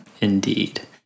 Indeed